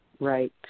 Right